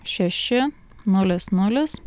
šeši nulis nulis